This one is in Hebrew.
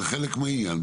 זה חלק מהעניין,